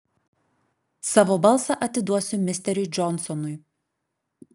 savo balsą atiduosiu misteriui džonsonui